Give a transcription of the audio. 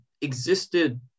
existed